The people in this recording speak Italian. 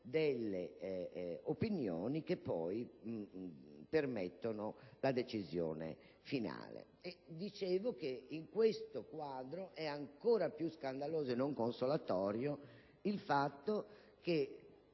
delle linee che poi permettono la decisione finale. Come dicevo, in questo quadro è ancora più scandaloso, e non certo consolatorio, il fatto che,